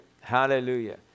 Hallelujah